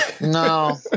No